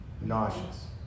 nauseous